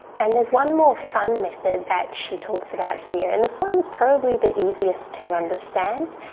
and there's one more fun method that she talks about here and this one's probably the easiest to understand.